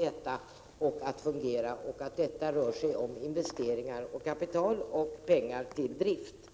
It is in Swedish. äta och fungera. Det rör sig om investeringar, kapital och driftsutgifter.